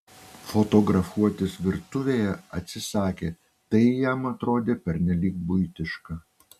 fotografuotis virtuvėje atsisakė tai jam atrodė pernelyg buitiška